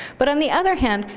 but on the other hand,